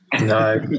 no